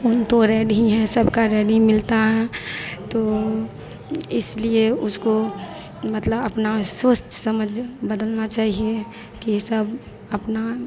खून तो रेड ही है सबका रेड ही मिलता है तो इसलिए उसको मतलब अपनी सोच समझ बदलनी चाहिए कि यह सब अपना